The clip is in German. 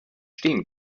stehen